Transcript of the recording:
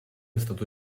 stato